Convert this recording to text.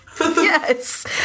Yes